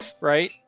Right